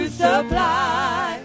supply